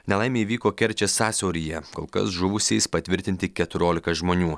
nelaimė įvyko kerčės sąsiauryje kol kas žuvusiais patvirtinti keturiolika žmonių